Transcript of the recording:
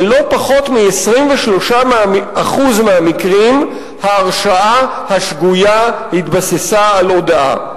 בלא פחות מ-23% מהמקרים ההרשעה השגויה התבססה על הודאה.